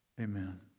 amen